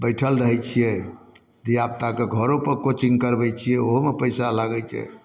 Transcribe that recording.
बैठल रहै छियै धियापुताके घरोपर कोचिंग करबै छियै ओहूमे पैसा लगै छै